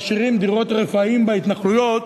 משאירים דירות רפאים בהתנחלויות